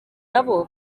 nabo